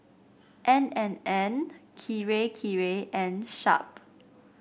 N and N Kirei Kirei and Sharp